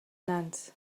nantes